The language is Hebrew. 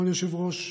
כבוד היושב-ראש,